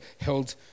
held